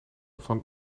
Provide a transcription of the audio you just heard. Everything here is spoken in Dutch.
van